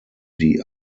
die